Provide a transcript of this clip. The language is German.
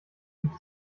gibt